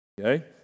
Okay